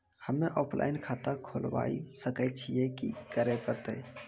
हम्मे ऑफलाइन खाता खोलबावे सकय छियै, की करे परतै?